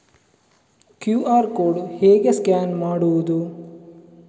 QR code ಹೇಗೆ scan ಮಾಡುವುದು?